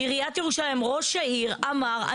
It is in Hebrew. ראש העיר אמר,